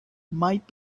might